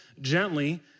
gently